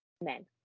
men